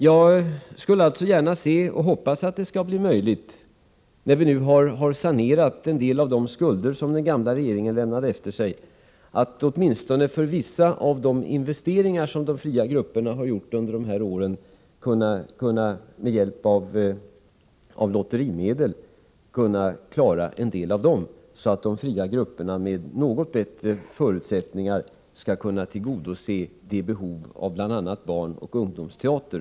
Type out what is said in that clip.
Jag skulle gärna se — och jag hoppas att det skall bli möjligt, när vi nu har sanerat en del av de skulder som den gamla regeringen lämnade efter sig — att vi med hjälp av lotterimedel skall kunna klara åtminstone en del av de investeringar som de fria grupperna gjort under dessa år, så att de får bättre förutsättningar i sina strävanden att tillgodose behovet av bl.a. barnoch ungdomsteater.